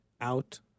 out